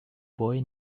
boy